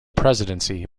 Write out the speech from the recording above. presidency